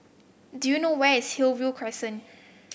do you know where is Hillview Crescent